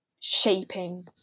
shaping